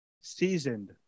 Seasoned